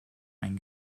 ein